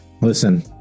Listen